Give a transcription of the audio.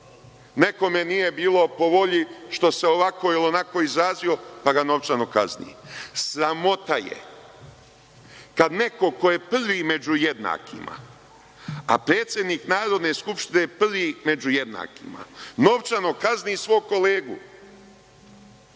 nekome nije bilo po volji što se ovako ili onako izrazio, pa ga novčano kazni. Sramota je kada neko ko je prvi među jednakima, a predsednik Narodne skupštine je prvi među jednakima, novčano kazni svog kolegu.